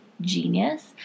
genius